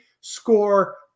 score